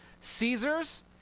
Caesar's